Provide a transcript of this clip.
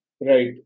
Right